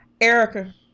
Erica